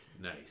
Nice